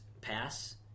pass